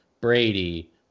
Brady